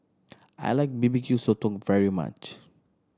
I like B B Q Sotong very much